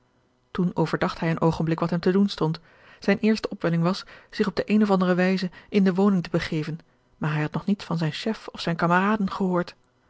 toen overdacht hij een oogenblik wat hem te doen stond zijne eerste op welling was zich op de eene of andere wijze in de woning te begeven maar hij had nog niets van zijn chef of zijne kameraden gehoord